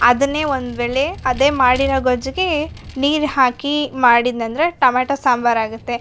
ಅದನ್ನೇ ಒಂದು ವೇಳೆ ಅದೇ ಮಾಡಿರೋ ಗೊಜ್ಜಿಗೆ ನೀರು ಹಾಕಿ ಮಾಡಿದ್ನಂದರೆ ಟೊಮೆಟೋ ಸಾಂಬಾರು ಆಗುತ್ತೆ